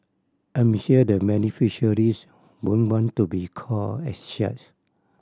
I'm sure the beneficiaries wouldn't want to be called as such